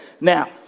now